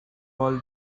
all